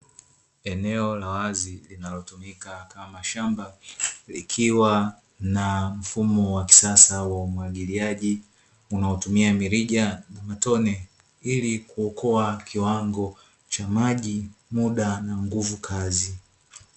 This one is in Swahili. Eneo la wazi linalotumika kama shamba, likiwa na mfumo wa kisasa wa umwagiliaji, unaotumia mirija ya matone, ili kuokoa kiwango cha maji, muda na nguvu kazi.